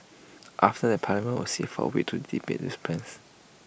after that parliament will sit for A week to debate these plans